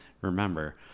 remember